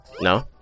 No